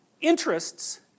interests